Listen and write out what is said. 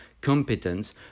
competence